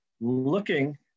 looking